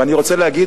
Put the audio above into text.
ואני רוצה להגיד,